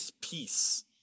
peace